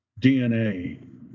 DNA